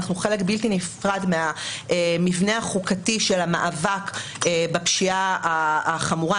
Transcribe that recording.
אנחנו חלק בלתי נפרד מהמבנה החוקתי של המאבק בפשיעה החמורה,